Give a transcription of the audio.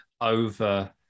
over